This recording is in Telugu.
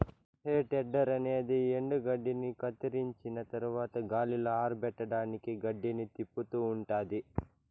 హే తెడ్డర్ అనేది ఎండుగడ్డిని కత్తిరించిన తరవాత గాలిలో ఆరపెట్టడానికి గడ్డిని తిప్పుతూ ఉంటాది